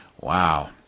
Wow